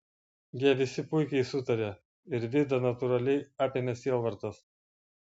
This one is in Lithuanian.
jie visi puikiai sutarė ir vidą natūraliai apėmė sielvartas